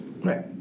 Right